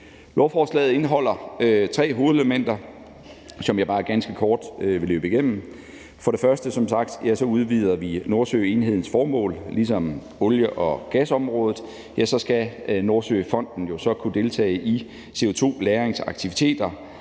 Lovforslaget indeholder tre hovedelementer, som jeg bare ganske kort vil løbe igennem. For det første udvider vi som sagt Nordsøenhedens formål. Ligesom på olie- og gasområdet skal Nordsøfonden jo så kunne deltage i CO2-lagringsaktiviteter